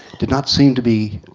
did not seem to be.